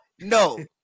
No